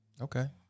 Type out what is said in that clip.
Okay